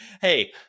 hey